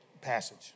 passage